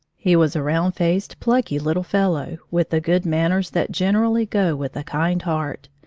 he was a round-faced, plucky, little fellow, with the good manners that generally go with a kind heart,